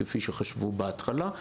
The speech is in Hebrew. כפי שחשבו בהתחלה,